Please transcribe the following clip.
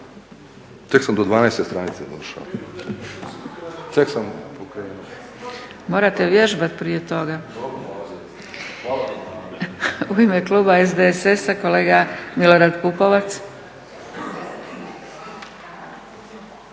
Tek sam do 12 stranice došao./… Morate vježbati prije toga. U ime kluba SDSS-a kolega Milorad Pupovac.